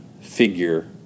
figure